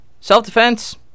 self-defense